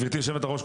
גברתי יושבת הראש,